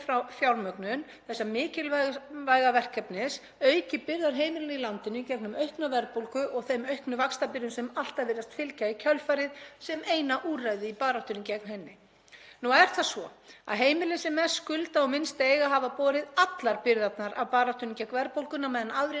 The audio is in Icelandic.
sem eina úrræðið í baráttu gegn henni. Heimilin sem mest skulda og minnst eiga hafa borið allar byrðarnar í baráttunni gegn verðbólgunni á meðan aðrir hafa hagnast stórlega á henni. Auknar lántökur ríkissjóðs munu hafa bein áhrif á verðbólguna sem mun án tafar gefa Seðlabankanum fleiri ástæður til frekari vaxtahækkana.